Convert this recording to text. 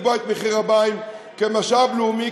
הוא צריך לקבוע את מחיר המים כמשאב לאומי,